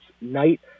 night